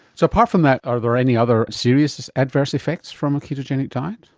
so apart from that, are there any other serious adverse effects from a ketogenic diet?